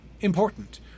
important